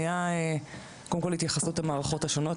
היה קודם כל התייחסות המערכות השונות.